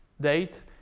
date